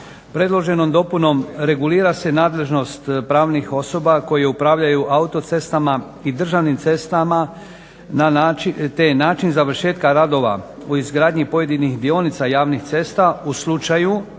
Predloženom dopunom regulira se nadležnost pravnih osoba koje upravljaju autocestama i državnim cestama te način završetka radova u izgradnji pojedinih dionica javnih cesta u slučaju